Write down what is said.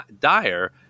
dire